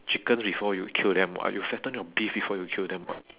chickens before you kill them [what] you fatten your beef before you kill them [what]